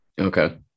Okay